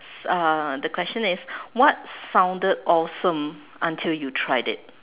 uh the question is what sounded awesome until you tried it